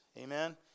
amen